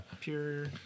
Pure